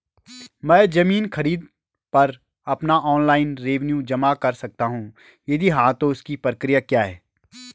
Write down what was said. मैं ज़मीन खरीद पर अपना ऑनलाइन रेवन्यू जमा कर सकता हूँ यदि हाँ तो इसकी प्रक्रिया क्या है?